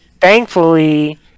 thankfully